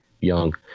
young